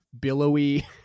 billowy